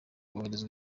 boherezwa